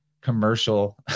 commercial